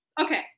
Okay